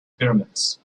pyramids